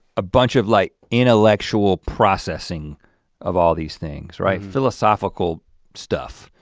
a bunch of light intellectual processing of all these things right, philosophical stuff.